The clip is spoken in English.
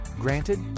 Granted